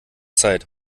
zeit